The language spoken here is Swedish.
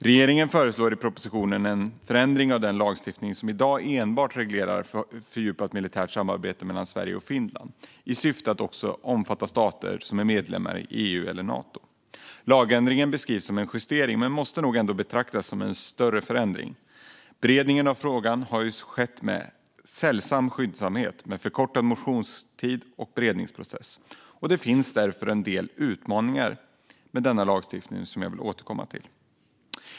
Regeringen föreslår i propositionen en förändring av den lagstiftning som i dag enbart reglerar det fördjupade militära samarbetet mellan Sverige och Finland i syfte att också omfatta stater som är medlemmar i EU eller Nato. Lagändringen beskrivs som en justering men måste nog ändå betraktas som en större förändring. Beredningen av frågan har skett med sällsynt skyndsamhet med förkortad motionstid och beredningsprocess. Det finns därför en del utmaningar med denna lagstiftning som jag vill återkomma till.